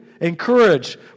encourage